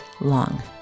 long